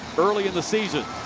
early in the season.